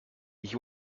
ich